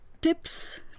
tips